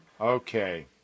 Okay